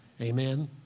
Amen